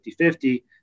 50-50